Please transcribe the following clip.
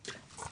בבקשה.